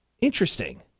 Interesting